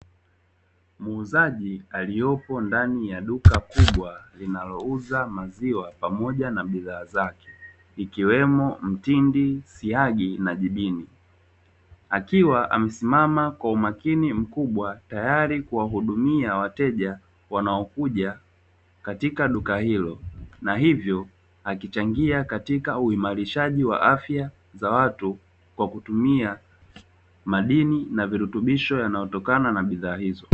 Muuzaji aliyopo ndani ya duka kubwa linalouza maziwa pamoja na bidhaa zake ikiwemo mtindi, siagi na jibini akiwa amesimama kwa umakini mkubwa tayari kuwahudumia wateja wanaokuja katika duka hilo; na hivyo akichangia katika uimarishaji wa afya za watu kwa kutumia madini na virutubisho yanayotokana na bidhaa hizo.